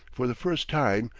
for the first time,